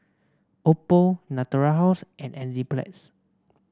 Oppo Natura House and Enzyplex